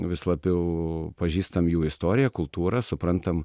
vis labiau pažįstam jų istoriją kultūrą suprantam